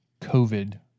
COVID